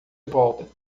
volta